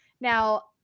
Now